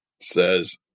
says